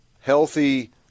Healthy